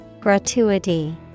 Gratuity